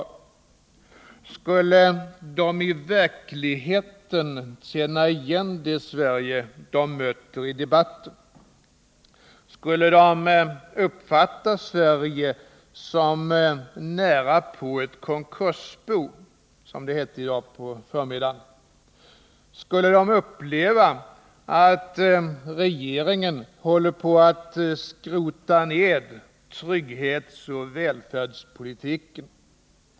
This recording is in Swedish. Skulle de i verkligheten känna igen det Sverige de möter i debatten? Skulle de uppfatta Sverige som närapå ett konkursbo, som det hette i dag på förmiddagen? Skulle de uppleva att regeringen håller på att skrota ned trygghetsoch välfärdspolitiken?